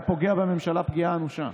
אבל זה היה פוגע בממשלה פגיעה אנושה.